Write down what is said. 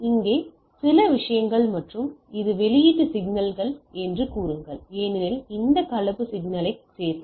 அங்கே சில விஷயங்கள் மற்றும் இது வெளியீட்டு சிக்னல் என்று கூறுங்கள் ஏனெனில் இந்த கலப்பு சிக்னலைச் சேர்த்தது